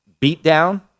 beatdown